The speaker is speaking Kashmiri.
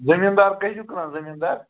زٔمیٖنٛدار کٔہۍ چھِو کٕنان زٔمیٖنٛدار